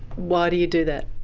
why do you do that?